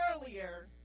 earlier